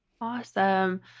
awesome